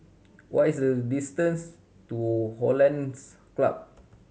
what is the distance to Hollandse Club